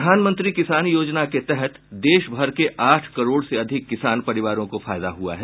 प्रधानमंत्री किसान योजना के तहत देश भर के आठ करोड़ से अधिक किसान परिवारों को फायदा हुआ है